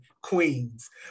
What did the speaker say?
Queens